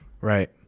Right